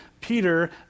Peter